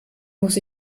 muss